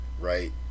right